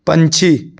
ਪੰਛੀ